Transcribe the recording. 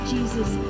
Jesus